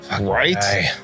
Right